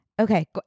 Okay